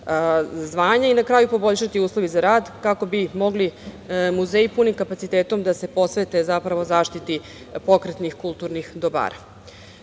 zvanja i na kraju poboljšati uslovi za rad, kako bi mogli muzeji punim kapacitetom da se posvete zapravo zaštiti pokretnih kulturnih dobara. Jedan